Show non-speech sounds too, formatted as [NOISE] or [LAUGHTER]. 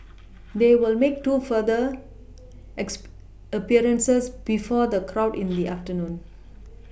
[NOISE] they will make two further X appearances before the crowd in they [NOISE] afternoon